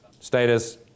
Status